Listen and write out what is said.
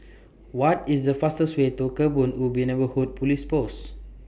What IS The fastest Way to Kebun Ubi Neighbourhood Police Post